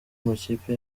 amakipe